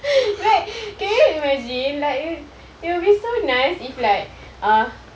wait can you imagine like it it will be so nice if like uh